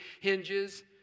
hinges